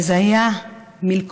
וזה היה מלכוד.